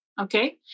Okay